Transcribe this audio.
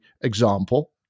example